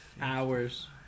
hours